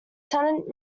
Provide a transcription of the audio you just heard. tenant